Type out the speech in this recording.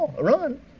run